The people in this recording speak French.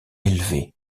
élevé